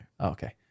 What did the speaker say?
Okay